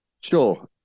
Sure